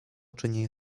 czynienia